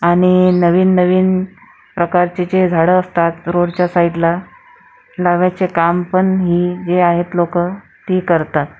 आणि नवीन नवीन प्रकारचे जे झाडं असतात रोडच्या साईडला लावायचे काम पण ही जे आहेत लोकं ती करतात